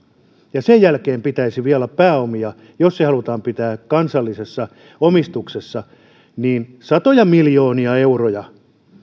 ja sen jälkeen pitäisi vielä olla pääomia jos se halutaan pitää kansallisessa omistuksessa satoja miljoonia euroja